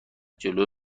جلوی